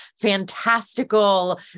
fantastical